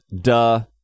Duh